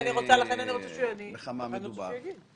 שיעור